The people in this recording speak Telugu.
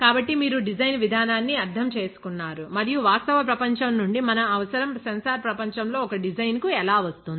కాబట్టి మీరు డిజైన్ విధానాన్ని అర్థం చేసుకున్నారు మరియు వాస్తవ ప్రపంచం నుండి మన అవసరం సెన్సార్ ప్రపంచంలో ఒక డిజైన్ కు ఎలా వస్తుంది